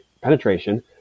penetration